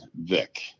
Vic